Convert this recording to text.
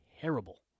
terrible